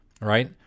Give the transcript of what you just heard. right